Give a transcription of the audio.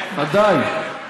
ודאי.